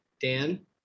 Dan